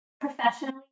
professionally